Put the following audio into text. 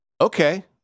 okay